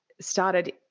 started